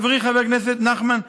חברי חבר הכנסת נחמן,